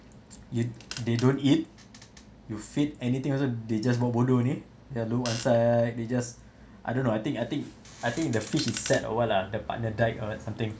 you they don't eat you feed anything also they just buat bodoh only ya look outside they just I don't know I think I think I think the fish is sad or what lah the partner died or something